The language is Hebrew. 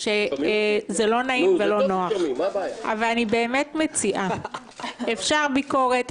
מבינה שזה לא נעים ולא נוח אבל אני באמת מציעה: אפשר להעביר ביקורת,